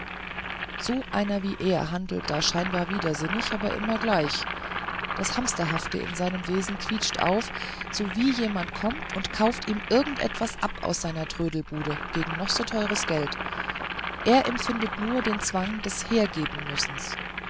so einer wie er handelt da scheinbar widersinnig aber immer gleich das hamsterhafte in seinem wesen quietscht auf sowie jemand kommt und kauft ihm irgend etwas ab aus seiner trödlerbude gegen noch so teures geld er empfindet nur den zwang des hergebenmüssens